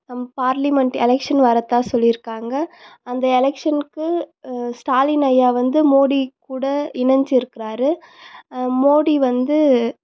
நம்ம parliament election வர்றதாக சொல்லியிருக்காங்க அந்த எலெக்ஷன்க்கு ஸ்டாலின் ஐயா வந்து மோடி கூட இணைஞ்சி இருக்குறார் மோடி வந்து